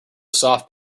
soft